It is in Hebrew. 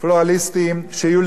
שיהיו לכל המגזרים,